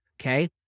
Okay